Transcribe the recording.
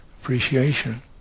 appreciation